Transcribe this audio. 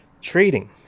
trading